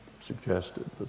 suggested